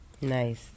Nice